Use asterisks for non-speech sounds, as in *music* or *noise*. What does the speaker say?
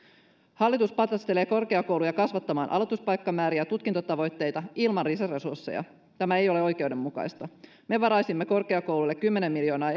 hallitus patistelee korkeakouluja kasvattamaan aloituspaikkamääriä ja tutkintotavoitteita ilman lisäresursseja tämä ei ole oikeudenmukaista me varaisimme korkeakouluille kymmenen miljoonaa *unintelligible*